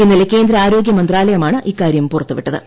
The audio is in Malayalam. ഇന്നലെ കേന്ദ്ര ആരോഗ്യ മന്ത്രാലയമാണ് ഇക്കാര്യം പുറത്തുവിട്ടത്